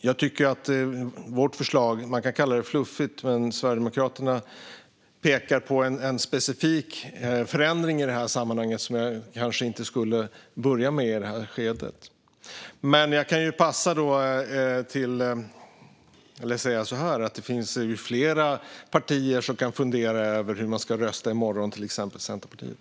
Man kan kalla vårt förslag fluffigt, men Sverigedemokraterna pekar på en specifik förändring i sammanhanget som jag kanske inte skulle börja med i det här skedet. Jag kan också säga så här: Det finns ju flera partier som kan fundera över hur man ska rösta i morgon, till exempel Centerpartiet.